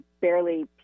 barely